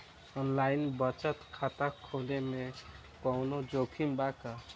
Online बचत खाता खोले में कवनो जोखिम बा का?